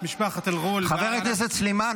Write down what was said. משפחת אל-ע'ול --- חברת הכנסת סלימאן,